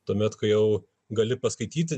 tuomet kai jau gali paskaityti